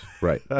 Right